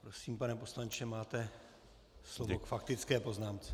Prosím, pane poslanče, máte slovo k faktické poznámce.